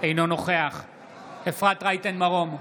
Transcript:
אינו נוכח אפרת רייטן מרום,